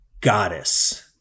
goddess